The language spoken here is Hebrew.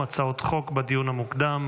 הצעות חוק בדיון המוקדם.